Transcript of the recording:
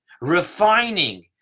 refining